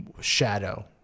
shadow